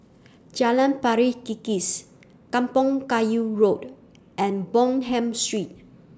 Jalan Pari Kikis Kampong Kayu Road and Bonham Street